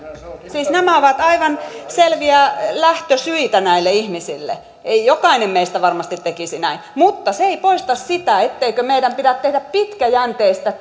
siis nämä ovat aivan selviä lähtösyitä näille ihmisille jokainen meistä varmasti tekisi näin mutta se ei poista sitä etteikö meidän pidä tehdä pitkäjänteistä